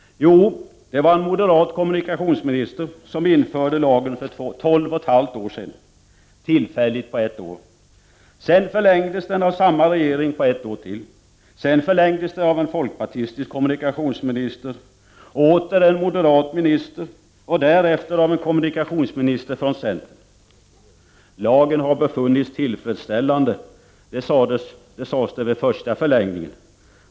Jo, en moderat kommunikationsminister införde lagen för tolv och ett halvt år sedan, tillfälligt på ett år. Sedan förlängdes den av samma regering med ett år till. Därefter förlängdes den av en folkpartistisk kommunikationsminister, åter en moderat minister och slutligen av en kommunikationsminister från centern. Lagen har befunnits tillfredsställande, sades det vid första förlängningen.